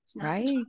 Right